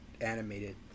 animated